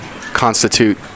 constitute